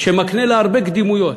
שמקנה לה הרבה קדימויות.